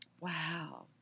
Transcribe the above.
Wow